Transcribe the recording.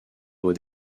doit